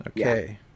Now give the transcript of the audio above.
Okay